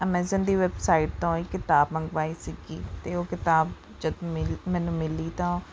Amazon ਦੀ website ਤੋਂ ਇਹ ਕਿਤਾਬ ਮੰਗਵਾਈ ਸੀਗੀ ਅਤੇ ਉਹ ਕਿਤਾਬ ਜਦ ਮਿਲ ਮੈਨੂੰ ਮਿਲੀ ਤਾਂ